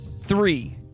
three